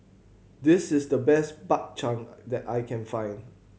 this is the best Bak Chang that I can find